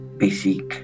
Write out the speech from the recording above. basic